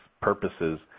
purposes